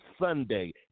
Sunday